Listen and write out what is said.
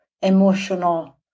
emotional